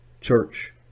church